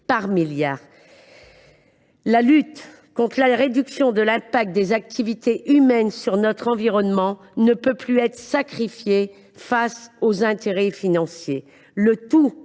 par milliards. La lutte contre la réduction des conséquences des activités humaines sur notre environnement ne peut plus être sacrifiée aux intérêts financiers, le tout